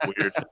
weird